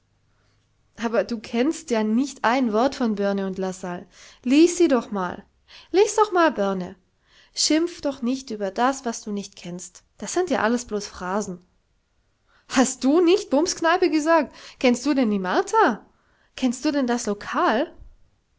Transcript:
aber du kennst ja nicht ein wort von börne und lassalle lies sie doch mal lies doch mal börne schimpf doch nicht über das was du nicht kennst das sind ja alles blos phrasen hast du nicht bumskneipe gesagt kennst du denn die martha kennst du denn das lokal